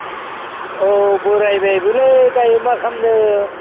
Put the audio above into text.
औ बोरायबायबोलै दायो मा खालामनो